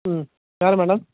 ம் வேற மேடம்